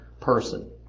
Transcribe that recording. person